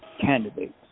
candidates